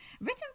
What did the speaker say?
Written